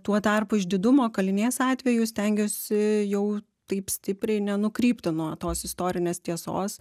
tuo tarpu išdidumo kalinės atveju stengiuosi jau taip stipriai nenukrypti nuo tos istorinės tiesos